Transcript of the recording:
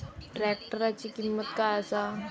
ट्रॅक्टराची किंमत काय आसा?